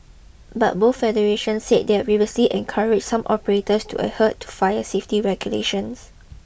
but both federation said they had previously encouraged some operators to adhere to fire safety regulations